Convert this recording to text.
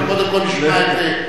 קודם כול נשמע את,